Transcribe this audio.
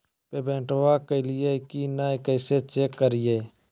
पेमेंटबा कलिए की नय, कैसे चेक करिए?